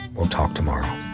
we'll talk tomorrow.